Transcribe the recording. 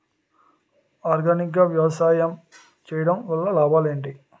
Organic గా వ్యవసాయం చేయడం వల్ల లాభాలు ఏంటి?